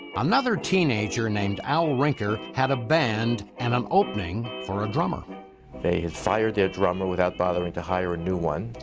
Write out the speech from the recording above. another teenager named al rinker had a band and an opening for ah drummer. giddins they had fired their drummer without bothering to hire a new one.